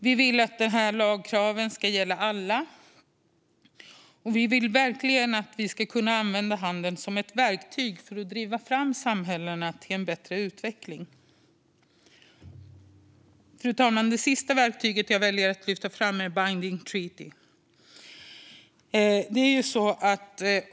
Vi vill att lagkraven ska gälla alla, och vi vill verkligen att handeln ska kunna användas som ett verktyg för att driva fram samhällena till en bättre utveckling. Fru talman! Det sista verktyget som jag väljer att lyfta fram är binding treaty.